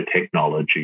technology